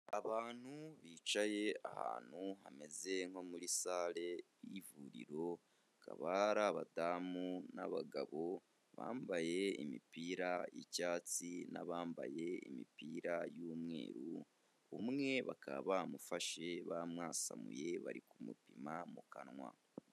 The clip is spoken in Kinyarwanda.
Abantu bicaye ahantu hameze nko muri sare y'ivuriro, hakaba hari abadamu n'abagabo bambaye imipira y'icyatsi n'abambaye imipira y'umweru, umwe bakaba bamufashe bamwasamuye bari kumupima mu kanwa.